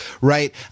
right